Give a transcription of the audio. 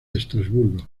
estrasburgo